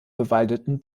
bewaldeten